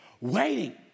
waiting